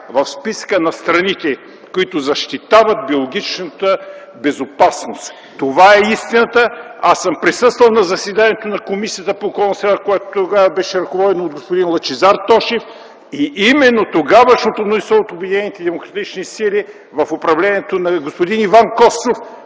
в списъка на страните, които защитават биологичната безопасност. Това е истината. Аз съм присъствал на заседанието на Комисията по околната среда, която тогава беше ръководена от господин Лъчезар Тошев. Именно тогавашното мнозинство от Обединените демократични сили в управлението на господин Иван Костов